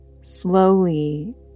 slowly